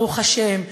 ברוך השם,